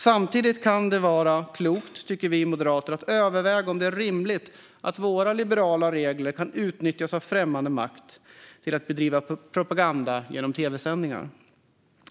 Samtidigt kan det vara klokt, tycker vi moderater, att överväga om det är rimligt att våra liberala regler kan utnyttjas av främmande makt till att bedriva propaganda genom tv-sändningar.